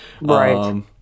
Right